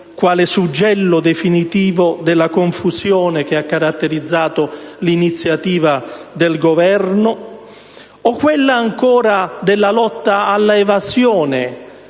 quale suggello definitivo della confusione che ha caratterizzato l'iniziativa del Governo? O quella ancora della lotta all'evasione,